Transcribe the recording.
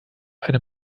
eine